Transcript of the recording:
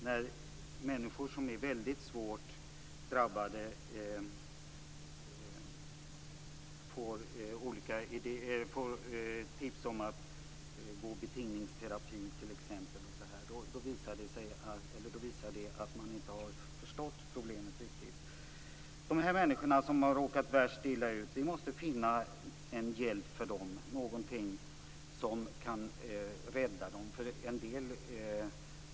När människor som är väldigt svårt drabbade t.ex. får tips om att gå betingningsterapi visar det att man inte riktigt har förstått problemet. Vi måste finna en hjälp för de människor som har råkat värst ut, någonting som kan rädda dem.